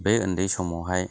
बे उन्दै समावहाय